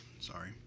Sorry